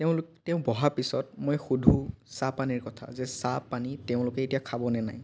তেওঁলোক তেওঁ বহা পিছত মই সুধোঁ চাহ পানীৰ কথা যে চাহ পানী তেওঁলোকে এতিয়া খাব নে নাই